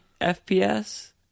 FPS